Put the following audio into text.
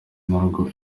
n’urwo